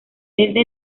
desde